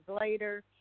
later